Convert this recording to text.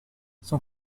son